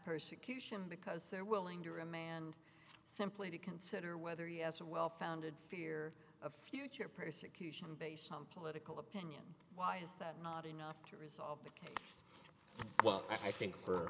persecution because they're willing to remand simply to consider whether he has a well founded fear of future persecution political opinion why is that not enough to resolve it kate well i think for